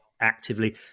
actively